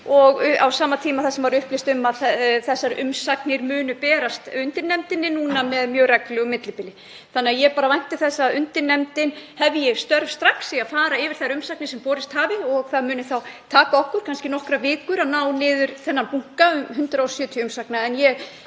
og á sama tíma var upplýst um að þessar umsagnir myndu berast undirnefndinni núna með mjög reglulegu millibili. Þannig að ég vænti þess að undirnefndin hefji störf strax í að fara yfir þær umsagnir sem borist hafa og það muni þá kannski taka okkur nokkrar vikur að ná niður þessum bunka með um 170 umsögnum.